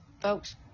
folks